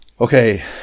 Okay